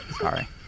sorry